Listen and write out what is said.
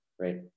right